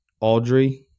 Audrey